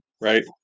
right